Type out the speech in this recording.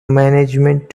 management